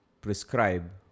prescribe